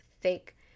thick